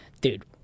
Dude